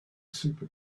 super